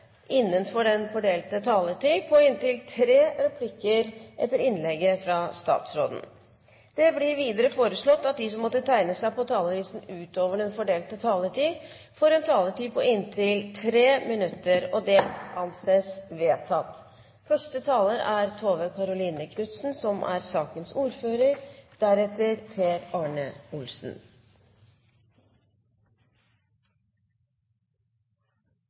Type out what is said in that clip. innenfor den fordelte taletid. Videre blir det foreslått at de som måtte tegne seg på talerlisten utover den fordelte taletid, får en taletid på inntil 3 minutter. – Det anses vedtatt. Første taler er Sonja Mandt, på vegne av sakens ordfører, Wenche Olsen. Dokument 8:163 S om innføring av en ordning med psykiatriambulanser i alle landets fylker, fra representantene Per Arne Olsen,